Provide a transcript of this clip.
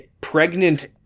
pregnant